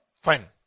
Fine